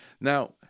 Now